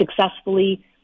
successfully